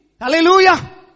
Hallelujah